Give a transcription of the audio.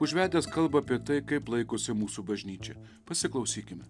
užvedęs kalbą apie tai kaip laikosi mūsų bažnyčia pasiklausykime